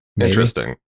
Interesting